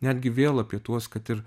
netgi vėl apie tuos kad ir